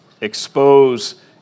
expose